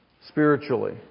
spiritually